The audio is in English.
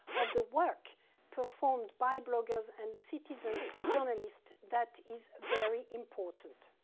of the work performed by bloggers and citizen journalists that is very important.